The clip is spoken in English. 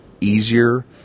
easier